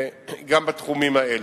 גם בתחומים האלה.